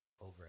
over